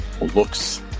looks